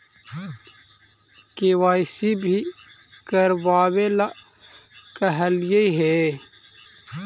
KYC भी करवावेला कहलिये हे?